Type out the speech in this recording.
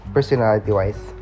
Personality-wise